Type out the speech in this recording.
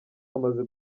amaze